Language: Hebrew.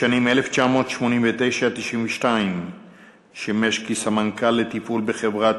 בשנים 1989 1992 שימש כסמנכ"ל לתפעול בחברת